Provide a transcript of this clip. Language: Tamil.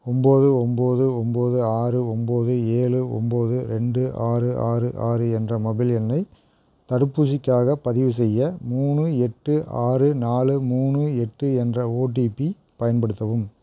ஒம்பது ஒம்பது ஒம்பது ஆறு ஒம்பது ஏழு ஒம்பது ரெண்டு ஆறு ஆறு ஆறு என்ற மொபைல் எண்ணை தடுப்பூசிக்காகப் பதிவுசெய்ய மூணு எட்டு ஆறு நாலு மூணு எட்டு என்ற ஓடிபி பயன்படுத்தவும்